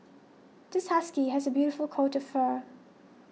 this husky has a beautiful coat of fur